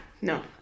no